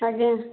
ଆଜ୍ଞା